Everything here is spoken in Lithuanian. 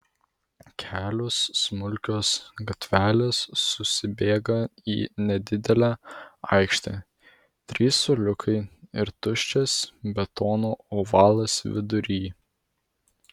kelios smulkios gatvelės susibėga į nedidelę aikštę trys suoliukai ir tuščias betono ovalas vidury